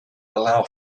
allow